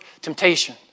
temptation